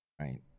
right